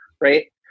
Right